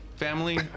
family